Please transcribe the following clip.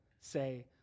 say